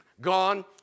gone